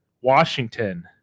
Washington